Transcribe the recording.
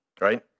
Right